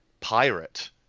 pirate